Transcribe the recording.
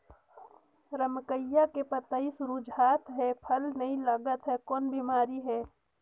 रमकलिया के पतई मुरझात हे फल नी लागत हे कौन बिमारी हे?